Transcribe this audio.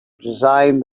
design